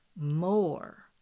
more